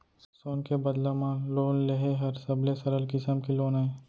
सोन के बदला म लोन लेहे हर सबले सरल किसम के लोन अय